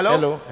Hello